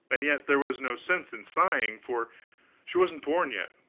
and yet there was no sense in sighing, for she wasn't born yet.